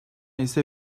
ise